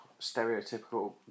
stereotypical